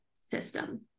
system